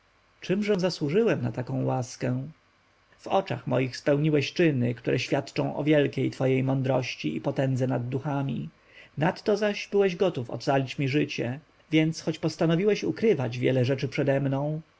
egiptu czemże zasłużyłem na tę łaskę w oczach moich spełniłeś czyny które świadczą o wielkiej twojej mądrości i potędze nad duchami nadto zaś byłeś gotów ocalić mi życie więc choć postanowiłeś ukrywać wiele rzeczy przede